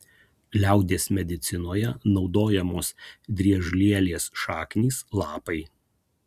liaudies medicinoje naudojamos driežlielės šaknys lapai